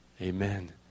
Amen